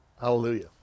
Hallelujah